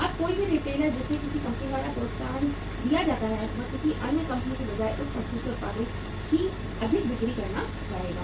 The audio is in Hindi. अब कोई भी रिटेलर जिसे किसी कंपनी द्वारा प्रोत्साहन दिया जाता है वह किसी अन्य कंपनी के बजाय उस कंपनी के उत्पादों की अधिक बिक्री करना चाहेगा